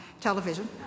television